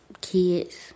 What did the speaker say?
kids